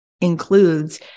includes